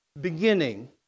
beginning